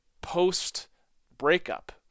post-breakup